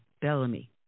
Bellamy